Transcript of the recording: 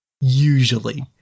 usually